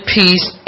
peace